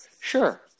Sure